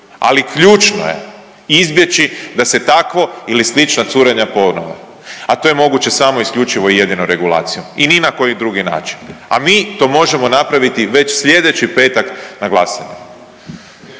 Ali ključno je izbjeći da se takvo ili slična curenja ponove, a to je moguće samo i isključivo i jedino regulacijom i ni na koji drugi način, a mi to možemo napraviti već sljedeći petak na glasanju,